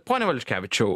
pone valiuškevičiau